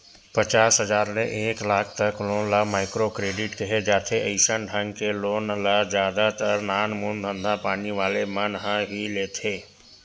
पचास हजार ले एक लाख तक लोन ल माइक्रो क्रेडिट केहे जाथे अइसन ढंग के लोन ल जादा तर नानमून धंधापानी वाले मन ह ही लेथे